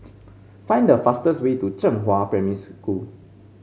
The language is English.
find the fastest way to Zhenghua Primary School